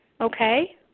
Okay